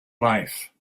life